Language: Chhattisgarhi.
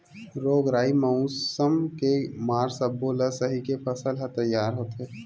रोग राई, मउसम के मार सब्बो ल सहिके फसल ह तइयार होथे